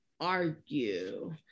argue